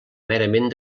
merament